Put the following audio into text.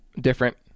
different